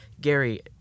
Gary